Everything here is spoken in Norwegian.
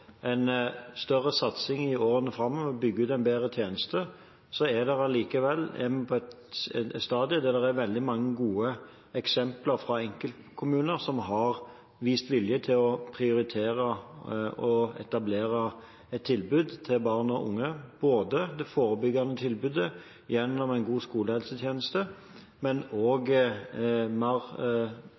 en større satsing i årene framover på å bygge ut en bedre tjeneste, er vi allikevel på et stadium der det er veldig mange gode eksempler på enkeltkommuner som har vist vilje til å prioritere å etablere et tilbud til barn og unge, både det forebyggende tilbudet gjennom en god skolehelsetjeneste og et mer